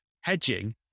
hedging